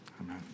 Amen